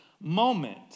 moment